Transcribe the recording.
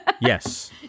Yes